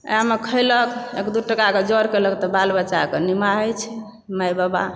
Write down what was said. वएहमे खयलक एक दू टकाके जोड़लक तऽ बाल बच्चाकऽ निमाहै छै माय बाबा